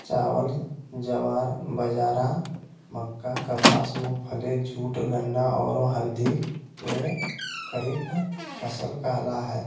चावल, ज्वार, बाजरा, मक्का, कपास, मूंगफली, जूट, गन्ना, औरो हल्दी के खरीफ फसल कहला हइ